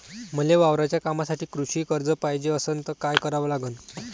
मले वावराच्या कामासाठी कृषी कर्ज पायजे असनं त काय कराव लागन?